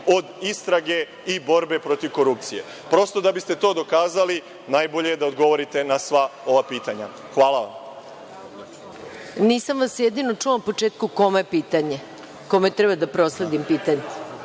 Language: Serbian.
od istrage i borbe protiv korupcije? Prosto da biste to dokazali najbolje je da odgovorite na sva ova pitanja. Hvala vam. **Maja Gojković** Nisam vas jedino čula na početku kome je pitanje? Kome treba da prosledim pitanje.